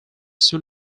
soon